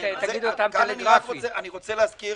תגיד אותם --- אני רק רוצה להזכיר